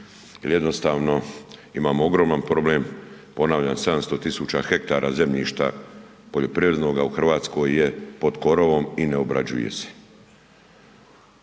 jednostavno imamo ogroman problem, ponavljam, 700 tisuća hektara zemljišta poljoprivrednoga u Hrvatskoj je pod korovom i ne obrađuje se.